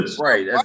Right